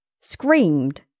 screamed